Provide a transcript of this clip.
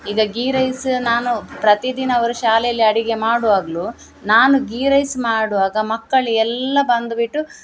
ಈಗ ಗೀ ರೈಸ್ ನಾನು ಪ್ರತಿದಿನ ಅವರು ಶಾಲೆಲಿ ಅಡುಗೆ ಮಾಡುವಾಗಲೂ ನಾನು ಗೀ ರೈಸ್ ಮಾಡುವಾಗ ಮಕ್ಕಳು ಎಲ್ಲ ಬಂದ್ಬಿಟ್ಟು